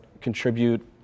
contribute